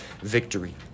victory